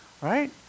Right